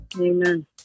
Amen